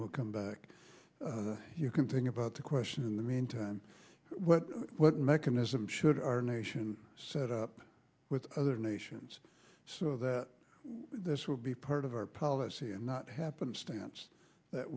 we'll come back you can think about the question in the meantime what mechanism should our nation set up with other nations so that this will be part of our policy and not happenstance that